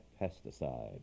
pesticide